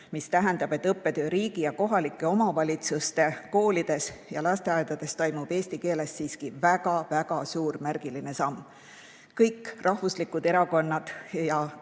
mis tähendab, et õppetöö riigi- ja kohalike omavalitsuste koolides ja lasteaedades toimub eesti keeles, ja [see on] siiski väga-väga suur märgiline samm. Kõik rahvuslikud erakonnad ja kõik